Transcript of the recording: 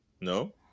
No